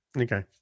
Okay